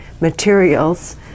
materials